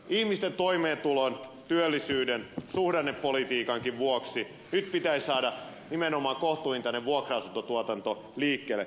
ihmisten toimeentulon työllisyyden suhdannepolitiikankin vuoksi nyt pitäisi saada nimenomaan kohtuuhintainen vuokra asuntotuotanto liikkeelle